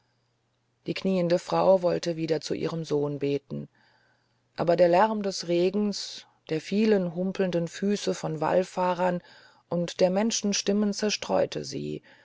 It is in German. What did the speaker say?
die kniende frau wollte wieder zu ihrem sohn beten aber der lärm des regens der vielen humpelnden füße von wallfahrern und der menschenstimmen zerstreute sie